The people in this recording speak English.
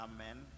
Amen